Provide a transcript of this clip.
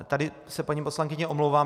Tady se, paní poslankyně, omlouvám.